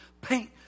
paint